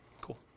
Cool